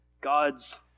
God's